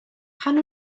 pan